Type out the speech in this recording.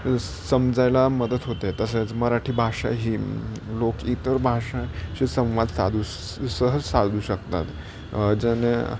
समजायला मदत होते तसेच मराठी भाषा ही लोक इतर भाषा शी संवाद साधू सहज साधू शकतात ज्याने